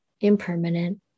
impermanent